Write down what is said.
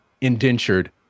indentured